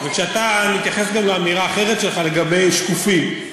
אני מתייחס גם לאמירה אחרת שלך לגבי שקופים.